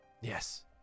Yes